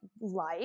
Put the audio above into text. life